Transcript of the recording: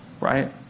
right